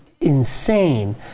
insane